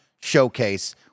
Showcase